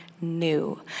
new